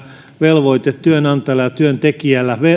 velvoite työnantajalla ja työntekijällä